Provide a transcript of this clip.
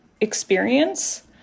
experience